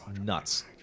nuts